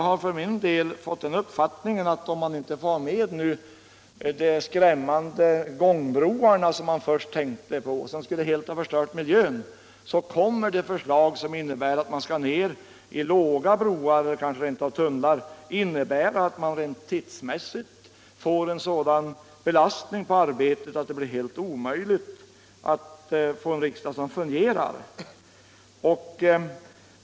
När man nu inte får med de skrämmande gångbroar som man först tänkte sig och som helt skulle ha förstört miljön, kommer det i stället ett förslag om låga broar eller kanske rentav tunnlar, vilket innebär att det tidsmässigt blir en sådan belastning på arbetet att riksdagen inte kommer att fungera.